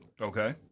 Okay